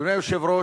אדוני היושב-ראש,